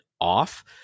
off